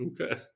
okay